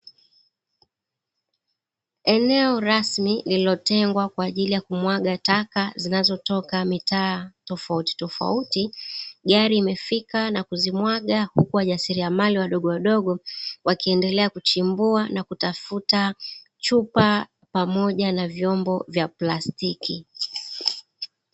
Eneo rasmi lililotengwa kwa ajili ya kumwaga taka zinazotoka mitaa tofauti tofauti. Gari imefika na kuzimwaga huku wajasiliamali wadogo wadogo wakiendelea kuchimbua na kutafuta chupa pamoja na vyombo vya plastiki.